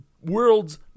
world's